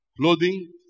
clothing